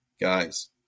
Guys